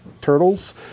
turtles